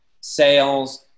sales